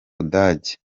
budage